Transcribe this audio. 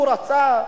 הוא רצה,